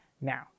now